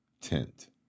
tent